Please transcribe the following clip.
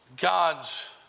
God's